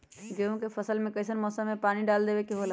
गेहूं के फसल में कइसन मौसम में पानी डालें देबे के होला?